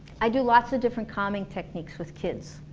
i do lots of different calming techniques with kids